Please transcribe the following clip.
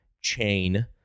chain-